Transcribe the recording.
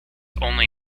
only